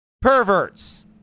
perverts